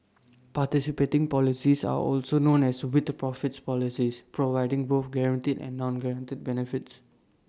participating policies are also known as with profits policies providing both guaranteed and non guaranteed benefits